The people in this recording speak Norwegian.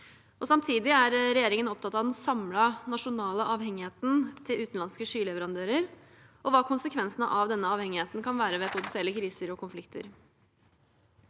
Samtidig er regjeringen opptatt av den samlede nasjonale avhengigheten til utenlandske skyleverandører, og hva konsekvensene av denne avhengigheten kan være ved potensielle kriser og konflikter.